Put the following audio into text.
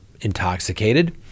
intoxicated